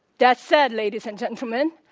that said, ladies and gentlemen,